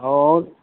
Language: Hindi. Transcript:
और